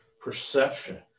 perception